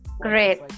Great